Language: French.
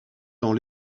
dans